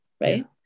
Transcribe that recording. right